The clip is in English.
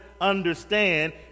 understand